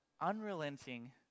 unrelenting